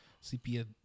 Sepia